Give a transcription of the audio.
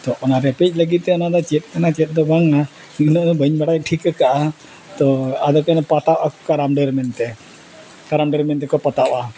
ᱛᱳ ᱚᱱᱟ ᱨᱮᱯᱮᱡ ᱞᱟᱹᱜᱤᱫ ᱛᱮ ᱚᱱᱟ ᱫᱚ ᱪᱮᱫ ᱠᱟᱱᱟ ᱪᱮᱫ ᱫᱚ ᱵᱟᱝᱟ ᱩᱱᱟᱹ ᱢᱟ ᱵᱟᱹᱧ ᱵᱟᱲᱟᱭ ᱴᱷᱤᱠ ᱟᱠᱟᱫᱼᱟ ᱛᱳ ᱟᱫᱚ ᱠᱤᱱ ᱯᱟᱛᱟᱣᱚᱜᱼᱟ ᱠᱟᱨᱟᱢ ᱰᱟᱹᱨ ᱢᱮᱱᱛᱮ ᱠᱟᱨᱟᱢ ᱰᱟᱹᱨ ᱢᱮᱱᱛᱮᱠᱚ ᱯᱟᱛᱟᱣᱚᱜᱼᱟ